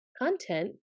Content